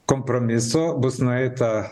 kompromiso bus nueita